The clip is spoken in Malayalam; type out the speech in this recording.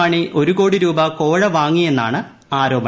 മാണി ഒരു കോടി ്രൂപ കോഴ വാങ്ങിയെന്നാണ് ആരോപണം